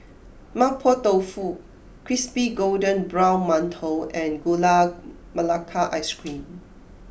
Mapo Tofu Crispy Golden Brown Mantou and Gula Melaka Ice Cream